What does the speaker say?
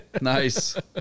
Nice